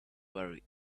very